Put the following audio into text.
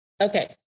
Okay